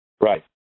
Right